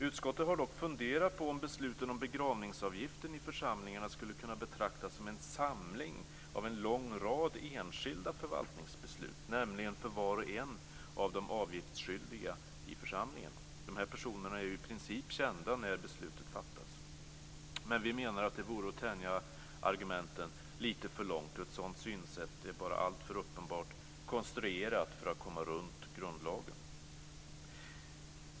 Utskottet har dock funderat på om besluten om begravningsavgiften i församlingarna skulle kunna betraktas som en samling av en lång rad enskilda förvaltningsbeslut, nämligen för var och en av de avgiftsskyldiga i församlingen. De här personerna är ju i princip kända när beslutet fattas. Vi menar dock att det vore att tänja argumenten lite för långt. Ett sådant synsätt är bara alltför uppenbart konstruerat för att komma runt grundlagen.